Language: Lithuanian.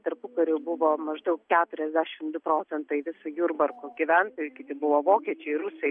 tarpukariu buvo maždaug keturiasdešim du procentai visu jurbarko gyventojų kiti buvo vokiečiai rusai